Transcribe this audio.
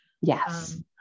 Yes